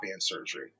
surgery